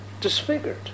disfigured